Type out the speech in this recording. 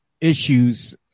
issues